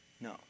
No